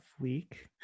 week